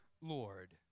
Lord